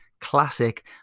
classic